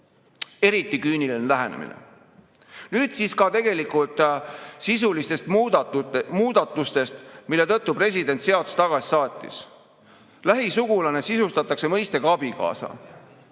Eriti küüniline lähenemine. Nüüd siis ka sisulistest muudatustest, mille tõttu president seaduse tagasi saatis. Lähisugulane sisustatakse mõistega "abikaasa".